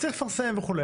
צריך לפרסם וכו',